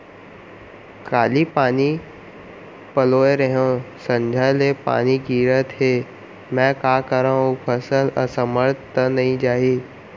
काली पानी पलोय रहेंव, संझा ले पानी गिरत हे, मैं का करंव अऊ फसल असमर्थ त नई जाही?